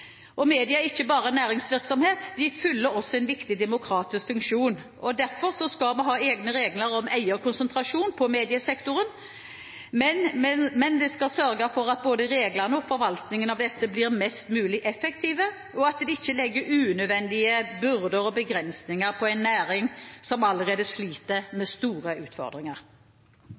er ikke bare næringsvirksomhet, de fyller også en viktig demokratisk funksjon. Derfor skal vi ha egne regler om eierkonsentrasjon i mediesektoren, men vi skal sørge for at både reglene og forvaltningen av disse blir mest mulig effektive, og at de ikke legger unødvendige byrder og begrensninger på en næring som allerede sliter med store utfordringer.